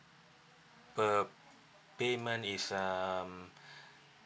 per payment is um